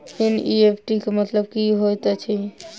NEFT केँ मतलब की हएत छै?